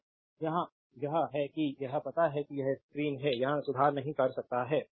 तो यहाँ यह है कि यह पता है कि यह एक स्क्रीन है यहाँ सुधार नहीं कर सकता है